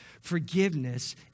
Forgiveness